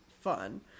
fun